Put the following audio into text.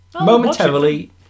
momentarily